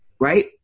right